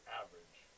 average